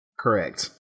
Correct